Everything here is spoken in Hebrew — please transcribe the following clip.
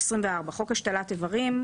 הנוטה למות תיקון חוק24.בחוק השתלת איברים,